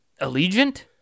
Allegiant